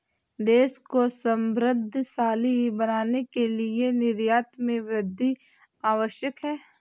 देश को समृद्धशाली बनाने के लिए निर्यात में वृद्धि आवश्यक है